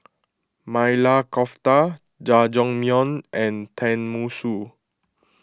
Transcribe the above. Maili Kofta Jajangmyeon and Tenmusu